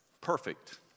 perfect